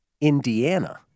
Indiana